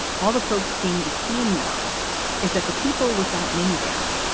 all the folks being detained now is that the people with that minivan,